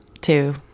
Two